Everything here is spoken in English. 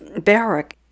barrack